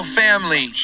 family